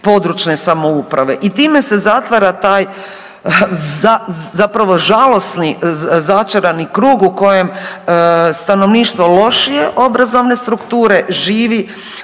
područne samouprave. I time se zatvara taj zapravo žalosni začarani krug u kojem stanovništvo lošije obrazovne strukture živi